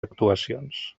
actuacions